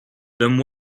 then